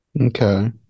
Okay